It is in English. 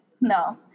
no